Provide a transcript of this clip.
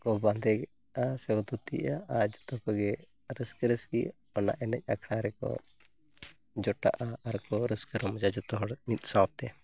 ᱠᱚ ᱵᱟᱸᱫᱮᱜᱼᱟ ᱥᱮ ᱠᱚ ᱫᱷᱩᱛᱤᱜᱼᱟ ᱟᱨ ᱡᱚᱛᱚ ᱠᱚᱜᱮ ᱨᱟᱹᱥᱠᱟᱹᱼᱨᱟᱹᱥᱠᱤ ᱚᱱᱟ ᱮᱱᱮᱡ ᱟᱠᱷᱲᱟ ᱨᱮᱠᱚ ᱡᱚᱴᱟᱜᱼᱟ ᱟᱨ ᱠᱚ ᱨᱟᱹᱥᱠᱟᱹ ᱨᱚᱢᱚᱡᱟ ᱡᱚᱛᱚ ᱦᱚᱲ ᱢᱤᱫ ᱥᱟᱶᱛᱮ